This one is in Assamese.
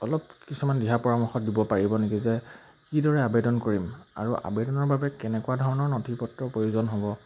অলপ কিছুমান দিহা পৰামৰ্শ দিব পাৰিব নেকি যে কিদৰে আবেদন কৰিম আৰু আবেদনৰ বাবে কেনেকুৱা ধৰণৰ নথিপত্ৰ প্ৰয়োজন হ'ব